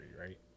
right